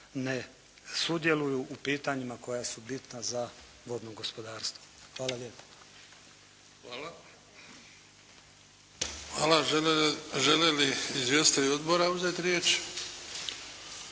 ne sudjeluju u pitanjima koja su bitna za vodno gospodarstvo. Hvala lijepo. **Bebić, Luka (HDZ)** Hvala. Želi li izvjestitelji odbora uzeti riječ?